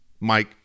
Mike